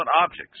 objects